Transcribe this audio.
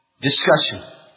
discussion